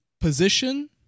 position